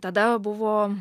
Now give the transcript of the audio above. tada buvo